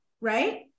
right